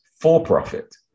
for-profit